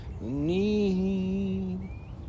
Need